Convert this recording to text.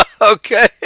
okay